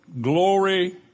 glory